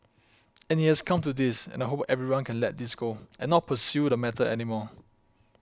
and it has come to this and I hope everyone can let this go and not pursue the matter anymore